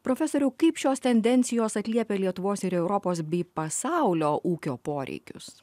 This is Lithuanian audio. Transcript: profesoriau kaip šios tendencijos atliepia lietuvos ir europos bei pasaulio ūkio poreikius